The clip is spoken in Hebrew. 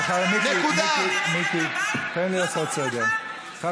לא ברור לך שיש הבדל בין הרכב לבית?